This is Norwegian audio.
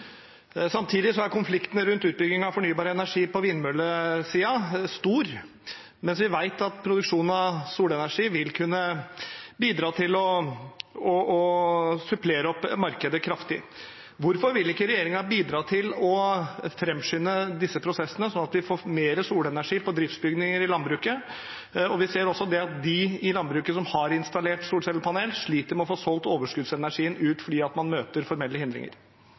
Samtidig er konfliktene rundt utbygging av fornybar energi på vindmøllesiden store, mens vi vet at produksjon av solenergi vil kunne bidra til å supplere markedet kraftig. Hvorfor vil ikke regjeringen bidra til å framskynde disse prosessene, sånn at vi får mer solenergi på driftsbygninger i landbruket? Vi ser også at de i landbruket som har installert solcellepanel, sliter med å få solgt overskuddsenergien fordi man møter formelle hindringer.